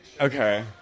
Okay